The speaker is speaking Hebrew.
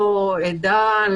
לא עדה,